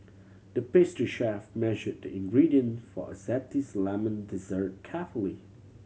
the pastry chef measured the ingredient for a lemon dessert carefully